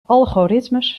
algoritmes